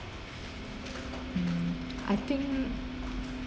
mm I think